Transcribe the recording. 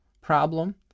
problem